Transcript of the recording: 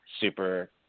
super